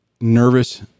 nervous